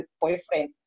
boyfriend